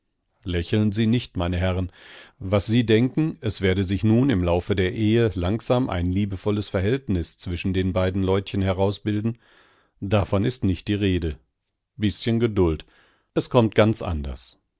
lächeln sie nicht meine herren was sie denken es werde sich nun im laufe der ehe langsam ein liebevolles verhältnis zwischen den beiden leutchen herausbilden davon ist nicht die rede bißchen geduld es kommt ganz anders